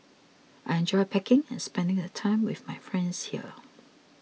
I enjoy packing and spending the time with my friends here